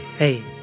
Hey